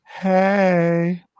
Hey